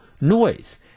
noise